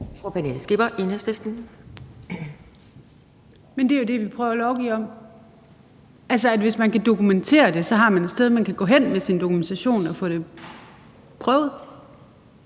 Pernille Skipper (EL): Men det er jo det, vi prøver at lovgive om, altså at hvis man kan dokumentere det, har man et sted, man kan gå hen med sin dokumentation og få det prøvet.